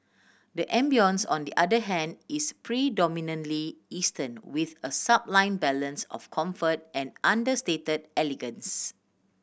the ambience on the other hand is predominantly Eastern with a sublime balance of comfort and understated elegance